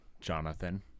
Jonathan